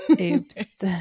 Oops